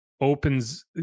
opens